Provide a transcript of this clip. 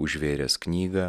užvėręs knygą